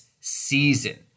season